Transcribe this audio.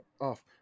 Off